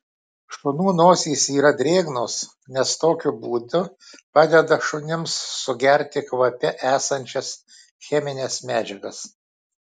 šunų nosys yra drėgnos nes tokiu būdu padeda šunims sugerti kvape esančias chemines medžiagas